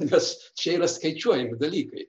nes čia yra skaičiuojami dalykai